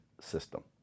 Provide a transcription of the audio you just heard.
system